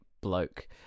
bloke